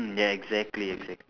mm ya exactly exactly